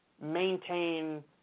maintain